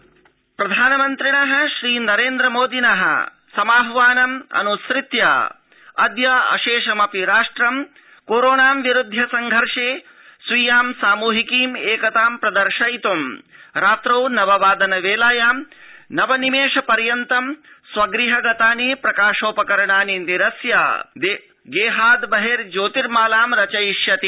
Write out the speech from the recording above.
प्रधानमन्त्री कोरोना प्रकाशपञ्जः प्रधानमन्त्रिणः श्रीनरेन्द्र मोदिनः समाह्वानम् अनुसृत्य अद्य अशेषमपि राष्ट्रं कोरोनां विरुध्य संघर्षे स्वीयां सामृहिकीम् एकतां प्रदर्शयितृम् रात्रौ नववादन वेलायां नव निमेष पर्यन्तं स्व गृह गतानि प्रकाशोपकरणानि निरस्य गेहादृ बहिज्योंतिर्मालां रचयिष्यति